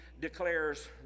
declares